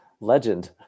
Legend